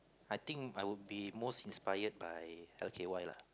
I think I would be most inspired by L_K_Y lah